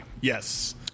Yes